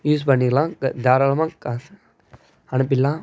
use பண்ணிக்கலாம் தாராளமாக காசு அனுப்பிடலாம்